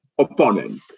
Opponent